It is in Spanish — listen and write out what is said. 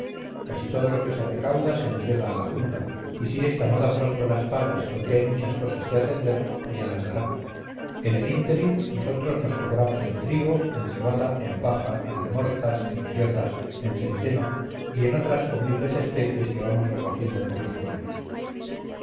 casi todo lo que se recauda se entrega a la junta y si ésta no da pronto las pagas porque hay muchas cosas que atender ya las dará en el ínterin